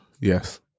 Yes